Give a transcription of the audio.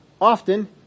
often